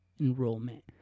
enrollment